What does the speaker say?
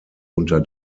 unter